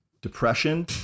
depression